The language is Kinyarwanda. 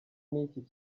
n’iki